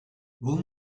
will